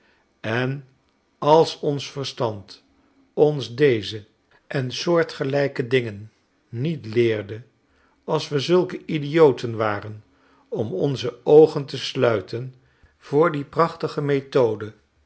en als ons verstand ons deze en soortgelijke dingen niet leerde als we zulke idioten waren om onze oogen te sluiten voor die